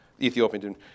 Ethiopian